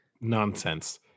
Nonsense